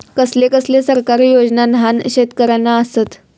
कसले कसले सरकारी योजना न्हान शेतकऱ्यांना आसत?